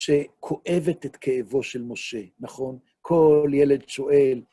שכואבת את כאבו של משה, נכון? כל ילד שואל...